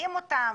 שומעים אותם,